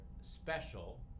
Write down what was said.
special